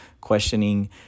questioning